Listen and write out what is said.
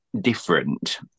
different